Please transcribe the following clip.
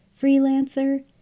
freelancer